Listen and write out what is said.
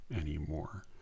anymore